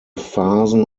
phasen